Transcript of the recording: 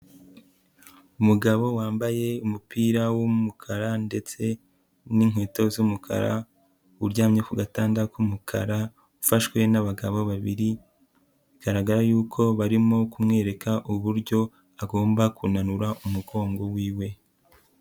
Umugabo wambaye umupira w'umukara ndetse n'inkweto z'umukara uryamye ku gatanda k'umukara ufashwe n'abagabo babiri, bigaragara yuko barimo kumwereka uburyo agomba kunanura umugongo wiwe.